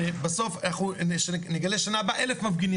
שבסוף אנחנו נגלה בשנה הבאה אלף מפגינים